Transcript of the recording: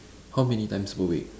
how many times per week